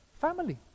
family